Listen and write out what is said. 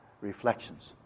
reflections